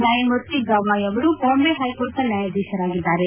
ನ್ಯಾಯಮೂರ್ತಿ ಗವಾಯ್ ಅವರು ಬಾಂಬೆ ಹೈಕೋರ್ಟ್ನ ನ್ಯಾಯಾಧೀಶರಾಗಿದ್ದಾರೆ